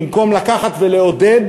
במקום לקחת ולעודד